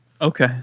Okay